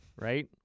right